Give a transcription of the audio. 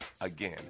Again